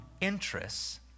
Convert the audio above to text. interests